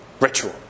ritual